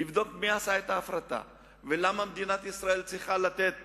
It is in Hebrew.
לבדוק מי עשה את ההפרטה ולמה מדינת ישראל צריכה לתת